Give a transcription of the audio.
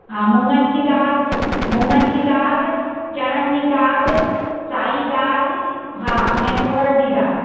हा मूङनि जी दाल मूङनि जी दाल चणनि जी दाल साई दाल हा ऐं तूअर जी दाल